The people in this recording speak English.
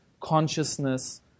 consciousness